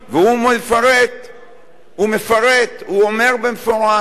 והוא מפרט ואומר במפורש: